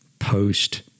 post